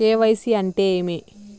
KYC అంటే ఏమి?